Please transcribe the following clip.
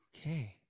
Okay